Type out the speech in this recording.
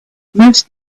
most